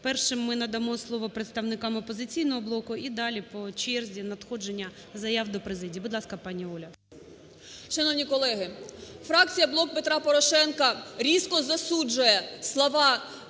Першим ми надамо слово представникам "Опозиційного блоку", і далі по черзі надходження заяв до президії. Будь ласка, пані Оля. 10:41:59 ЧЕРВАКОВА О.В. Шановні колеги, фракція "Блоку Петра Порошенка" різко засуджує слова